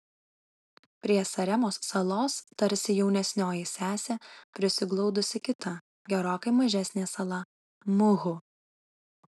prie saremos salos tarsi jaunesnioji sesė prisiglaudusi kita gerokai mažesnė sala muhu